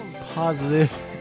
positive